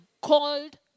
called